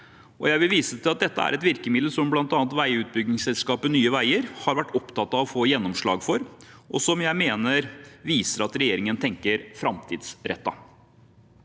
Jeg vil vise til at dette er et virkemiddel som bl.a. veiutbyggingsselskapet Nye veier AS har vært opptatt av å få gjennomslag for, og noe som jeg mener viser at regjeringen tenker framtidsrettet.